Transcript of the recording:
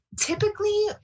typically